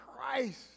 Christ